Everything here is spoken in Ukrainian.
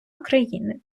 україни